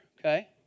okay